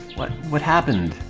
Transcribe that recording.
but what happened